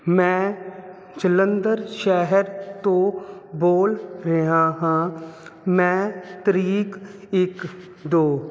ਮੈਂ ਜਲੰਧਰ ਸ਼ਹਿਰ ਤੋਂ ਬੋਲ ਰਿਹਾ ਹਾਂ ਮੈਂ ਤਰੀਕ ਇੱਕ ਦੋ